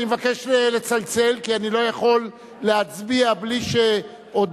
אני מבקש לצלצל כי אני לא יכול להצביע בלי שהודעתי.